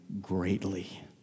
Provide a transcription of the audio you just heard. greatly